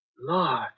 Lord